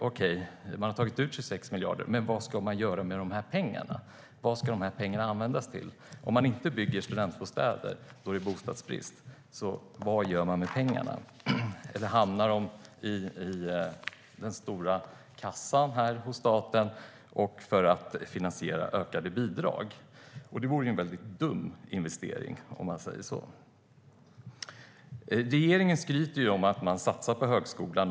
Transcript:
Okej, man har tagit ut 26 miljarder. Men den viktiga frågan är vad man ska göra med de pengarna. Vad ska pengarna användas till? Vad gör man med pengarna, om man inte bygger studentbostäder då det är bostadsbrist? Hamnar de i den stora kassan hos staten, för att finansiera ökade bidrag? Det vore en dum investering. Regeringen skryter om att man satsar på högskolan.